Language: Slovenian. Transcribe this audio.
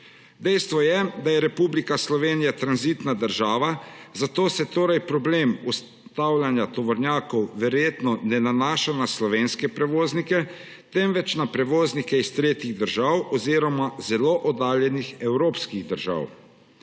Dejstvo je, da je Republika Slovenija tranzitna država, zato se problem ustavljanja tovornjakov verjetno ne nanaša na slovenske prevoznike, temveč na prevoznike iz tretjih držav oziroma zelo oddaljenih evropskih držav.